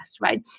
right